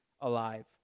alive